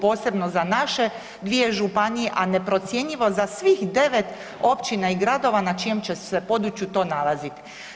Posebno za naše dvije županije, a neprocjenjivo za svih 9 općina i gradova na čijem će se području to nalaziti.